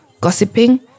gossiping